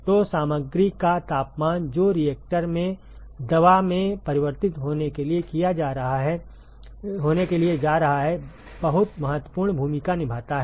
तो सामग्री का तापमान जो रिएक्टर में दवा में परिवर्तित होने के लिए जा रहा है बहुत महत्वपूर्ण भूमिका निभाता है